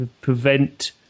prevent